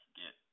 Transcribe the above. get